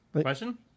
Question